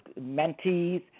mentees